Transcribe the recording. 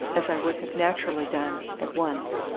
as i would have naturally done, at once.